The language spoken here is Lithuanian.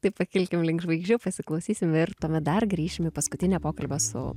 tai pakilkim link žvaigždžių pasiklausysim ir tuomet dar grįšim į paskutinę pokalbio su